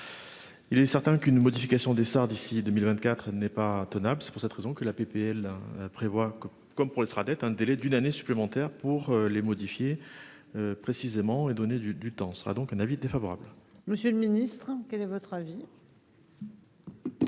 Il est certain qu'une modification des soeurs d'ici 2024 n'est pas tenable. C'est pour cette raison que la PPL prévoit que comme pour les Sraddet. Un délai d'une année supplémentaire pour les modifier. Précisément et donner du, du temps sera donc un avis défavorable. Monsieur le Ministre, quel est votre avis.